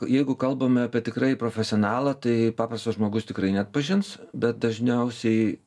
jeigu kalbam apie tikrai profesionalą tai paprastas žmogus tikrai neatpažins bet dažniausiai